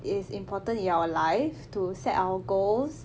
it's important in our life to set our goals